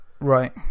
right